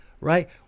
right